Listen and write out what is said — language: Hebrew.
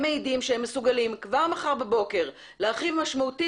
הם מעידים שהם מסוגלים כבר מחר בבוקר להרחיב משמעותית